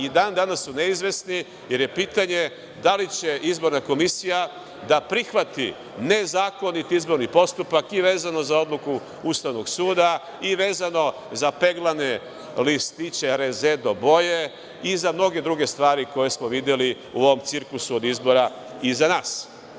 I dan danas su neizvesni, jer je pitanje da li će Izborna komisija da prihvati nezakonit izborni postupak i vezano za odluku Ustavnog suda i vezano za peglane listiće rezedo boje i za mnogo druge stvari koje smo videli u ovom cirkusu od izbora iza nas.